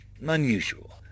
unusual